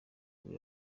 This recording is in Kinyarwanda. nibwo